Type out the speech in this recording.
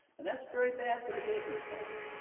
and that's very bad for the business climate.